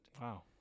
Wow